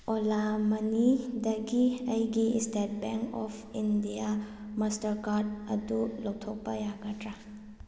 ꯑꯣꯂꯥ ꯃꯅꯤꯗꯒꯤ ꯑꯩꯒꯤ State Bank of India Mastercard ꯑꯗꯨ ꯂꯧꯊꯣꯛꯄ ꯌꯥꯒꯗ꯭ꯔꯥ